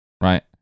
right